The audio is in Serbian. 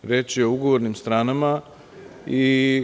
Reč je o ugovornim stranama i